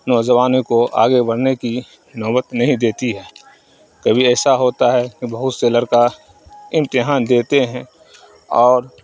نوجوانوں کو آگے بڑھنے کی نوبت نہیں دیتی ہے کبھی ایسا ہوتا ہے کہ بہت سے لڑکا امتحان دیتے ہیں اور